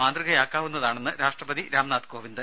മാതൃകയാക്കാവുന്നതാണെന്ന് രാഷ്ട്രപതി രാംനാഥ് കോവിന്ദ്